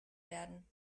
werden